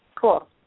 Cool